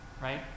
right